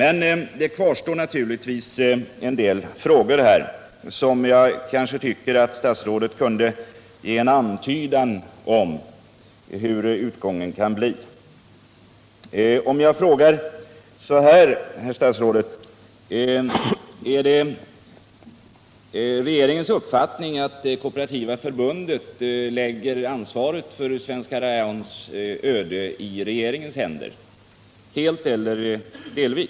En del frågor kvarstår emellertid, och jag tycker att statsrådet när det gäller dem kunde ha givit en antydan om hur utvecklingen kommer att bli. Låt mig fråga så här: Är det regeringens uppfattning att Kooperativa förbundet helt eller delvis lägger ansvaret för Svenska Rayons öde i regeringens händer?